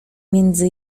między